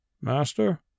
master